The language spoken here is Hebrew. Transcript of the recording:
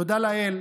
תודה לאל,